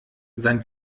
sein